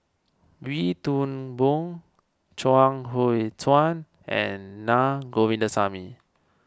Wee Toon Boon Chuang Hui Tsuan and Naa Govindasamy